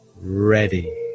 ready